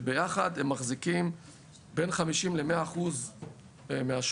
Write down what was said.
שביחד הם מחזיקים בין 50% ל-100% מהשוק.